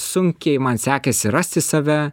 sunkiai man sekėsi rasti save